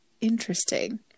interesting